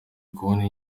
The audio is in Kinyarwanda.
kubona